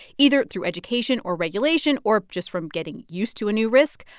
either through education or regulation or just from getting used to a new risk,